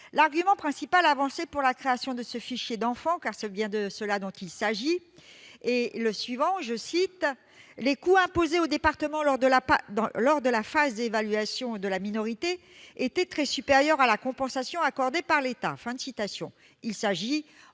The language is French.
L'argument principal avancé en faveur de la création de ce fichier d'enfants, car c'est bien de cela qu'il s'agit, est le suivant :« Les coûts imposés aux départements lors de la phase d'évaluation de la minorité sont très supérieurs à la compensation accordée par l'État ».